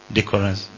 Decorous